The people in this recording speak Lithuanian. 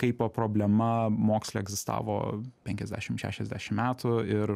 kai po problema moksle egzistavo penkiasdešim šešiasdešim metų ir